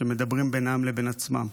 שמדברים בינם לבין עצמם.